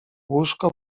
łóżko